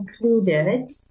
included